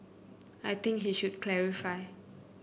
I think he should clarify